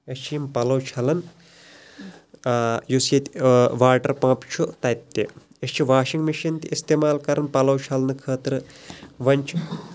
أسۍ چھِ یِم پَلو چھلان یُس ییٚتہِ واٹَر پَمپ چھُ تَتہِ تہِ أسۍ چھِ واشِنٛگ مِشیٖن تہِ اِستعمال کَران پَلَو چھلنہٕ خٲطرٕ ۄونی چھِ